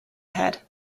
head